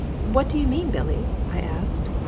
what do you mean, billy? i asked,